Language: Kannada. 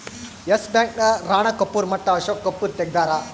ಎಸ್ ಬ್ಯಾಂಕ್ ನ ರಾಣ ಕಪೂರ್ ಮಟ್ಟ ಅಶೋಕ್ ಕಪೂರ್ ತೆಗ್ದಾರ